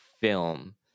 film